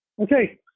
Okay